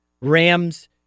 Rams